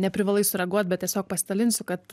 neprivalai sureaguot bet tiesiog pasidalinsiu kad